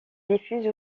diffuse